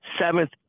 Seventh